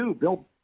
Bill